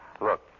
look